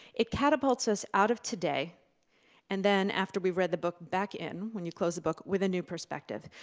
it catapults us out of today and then, after we've read the book, back in, when you close the book, with a new perspective.